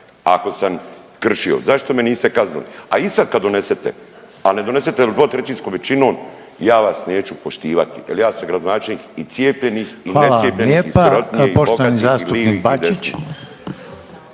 ako sam kršio, zašto me niste kaznili, a i sad kad donesete, a ne donesete li dvotrećinskom većinom ja vas neću poštivati jel ja sam gradonačelnik i cijepljenih i necijepljenih i sirotinje i bogatih i livih i desnih.